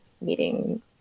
meeting